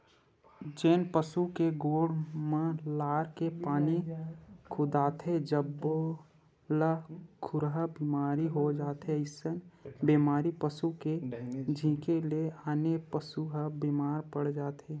जेन पसु के गोड़ म लार के पानी खुंदाथे सब्बो ल खुरहा बेमारी हो जाथे अइसने बेमारी पसू के छिंके ले आने पसू ह बेमार पड़ जाथे